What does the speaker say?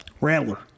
Rattler